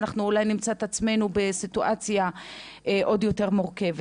אנחנו אולי נמצא את עצמנו בסיטואציה עוד יותר מורכבת.